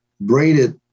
braided